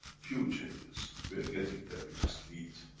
few changes, we are getting there, we just need,